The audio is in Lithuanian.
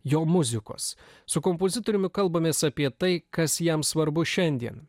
jo muzikos su kompozitoriumi kalbamės apie tai kas jam svarbu šiandien